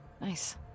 Nice